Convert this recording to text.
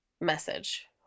message